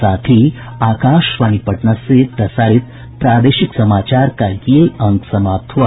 इसके साथ ही आकाशवाणी पटना से प्रसारित प्रादेशिक समाचार का ये अंक समाप्त हुआ